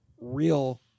real